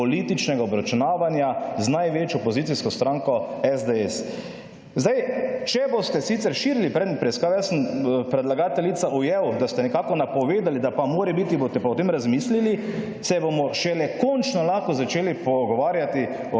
političnega obračunavanja z največjo opozicijsko stranko SDS. Zdaj, če boste sicer širili predmet preiskave, jaz sem, predlagateljica, ujel, da ste nekako napovedali, da pa morebiti boste pa o tem razmislili, se bomo šele končno lahko začeli pogovarjati